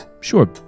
Sure